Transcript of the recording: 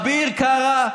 אביר קארה,